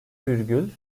virgül